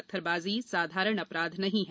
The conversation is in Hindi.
पत्थरबाजी साधारण अपराध नहीं है